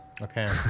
Okay